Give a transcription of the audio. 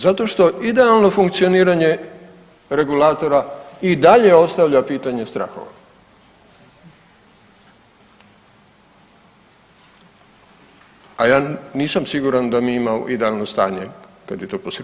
Zato što idealno funkcioniranje regulatora i dalje ostavlja pitanje strahova, a ja nisam siguran da mi imamo idealno stanje kad je to posrijedi.